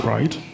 Right